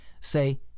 say